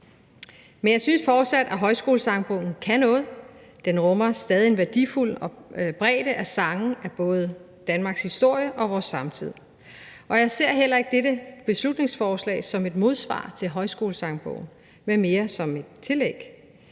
Men jeg synes fortsat, at Højskolesangbogen kan noget. Den rummer stadig en værdifuld bredde af sange om både Danmarks historie og vores samtid. Jeg ser heller ikke dette beslutningsforslag som et modsvar til Højskolesangbogen, men mere som et tillæg.